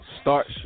start